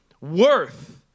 worth